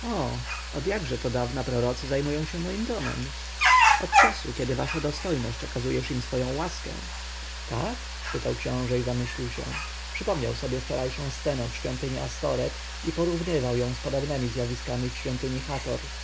od jakże to dawna prorocy zajmują się moim domem od czasu kiedy wasza dostojność okazujesz im swoją łaskę tak spytał książę i zamyślił się przypomniał sobie wczorajszą scenę w świątyni